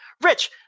Rich